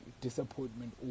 disappointment